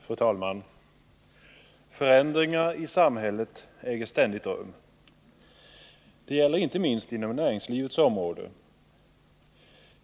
Fru talman! Förändringar i samhället äger ständigt rum. Det gäller inte minst på näringslivets område.